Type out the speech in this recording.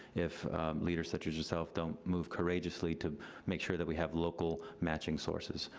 if leaders such as yourself don't move courageously to make sure that we have local matching sources.